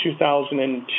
2002